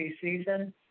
season